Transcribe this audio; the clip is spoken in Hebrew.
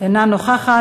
אינה נוכחת.